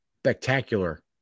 spectacular